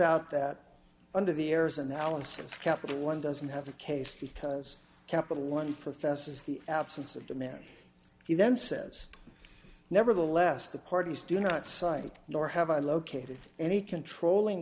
out that under the air's analysis capital one doesn't have a case because capital one professes the absence of demand he then says nevertheless the parties do not cite nor have i located any controlling